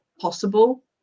possible